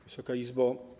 Wysoka Izbo!